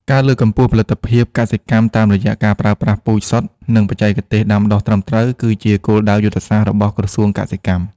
ការលើកកម្ពស់ផលិតភាពកសិកម្មតាមរយៈការប្រើប្រាស់ពូជសុទ្ធ និងបច្ចេកទេសដាំដុះត្រឹមត្រូវ គឺជាគោលដៅយុទ្ធសាស្ត្ររបស់ក្រសួងកសិកម្ម។